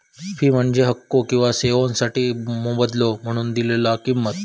fee म्हणजे हक्को किंवा सेवोंसाठी मोबदलो म्हणून दिलेला किंमत